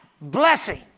blessing